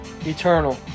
Eternal